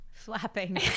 flapping